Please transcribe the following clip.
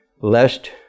Lest